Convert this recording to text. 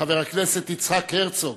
חבר הכנסת יצחק הרצוג